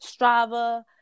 Strava